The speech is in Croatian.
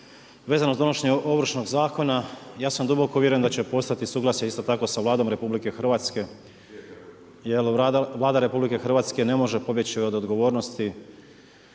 vezano uz donošenje Ovršnog zakona ja sam duboko uvjeren da će postati suglasje isto tako sa Vladom Republike Hrvatske, jer Vlada Republike Hrvatske ne može pobjeći od odgovornosti